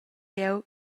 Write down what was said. jeu